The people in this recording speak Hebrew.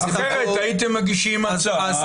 אחרת, הייתם מגישים הצעה ל-20 שנה.